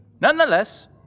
Nonetheless